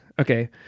okay